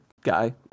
guy